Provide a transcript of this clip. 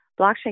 blockchain